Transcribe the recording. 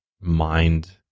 mind